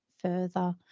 further